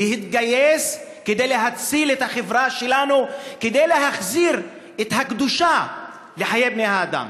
להתגייס להציל את החברה שלנו כדי להחזיר את הקדושה לחיי בני האדם.